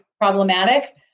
problematic